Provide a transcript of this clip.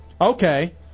Okay